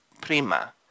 prima